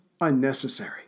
unnecessary